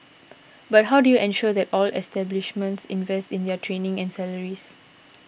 but how do you ensure that all establishments invest in their training and salaries